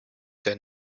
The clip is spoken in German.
der